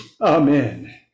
Amen